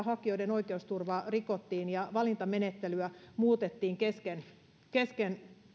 hakijoiden oikeusturvaa rikottiin ja valintamenettelyä muutettiin kesken kesken